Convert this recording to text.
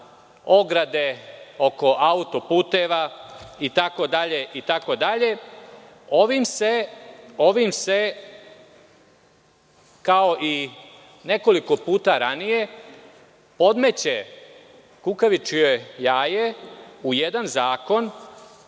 ograde oko autoputeva itd. Ovim se, kao i nekoliko puta ranije, podmeće kukavičije jaje u jedan